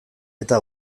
eta